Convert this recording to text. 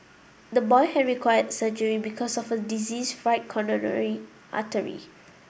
the boy had required surgery because of a diseased right coronary artery